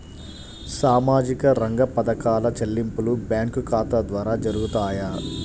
సామాజిక రంగ పథకాల చెల్లింపులు బ్యాంకు ఖాతా ద్వార జరుగుతాయా?